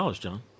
John